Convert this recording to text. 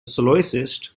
soloists